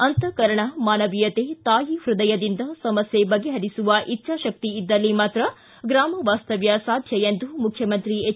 ಅಂತಃಕರಣ ಮಾನವೀಯತೆ ತಾಯಿ ಹೃದಯದಿಂದ ಸಮಸ್ಥೆ ಬಗೆಹರಿಸುವ ಇಚ್ಛಾಕಕ್ತಿ ಇದ್ದಲ್ಲಿ ಮಾತ್ರ ಗ್ರಾಮ ವಾಸ್ತವ್ಯ ಸಾಧ್ಯ ಎಂದು ಮುಖ್ಯಮಂತ್ರಿ ಎಚ್